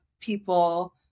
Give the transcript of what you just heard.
people